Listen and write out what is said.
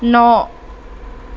ন